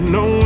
no